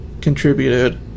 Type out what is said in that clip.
contributed